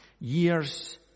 Years